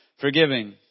forgiving